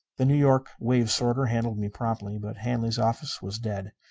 the new york wave-sorter handled me promptly, but hanley's office was dead.